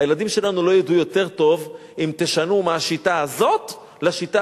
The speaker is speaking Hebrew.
הילדים שלנו לא ידעו יותר טוב אם תשנו מהשיטה הזאת לשיטה